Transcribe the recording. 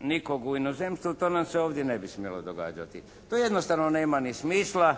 nikog u inozemstvu. To nam se ovdje ne bi smjelo događati. To jednostavno nema ni smisla.